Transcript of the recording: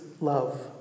love